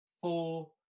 four